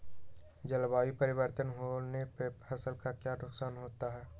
जलवायु परिवर्तन होने पर फसल का क्या नुकसान है?